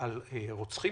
רוצחים